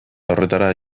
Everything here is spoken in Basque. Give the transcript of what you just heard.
horretara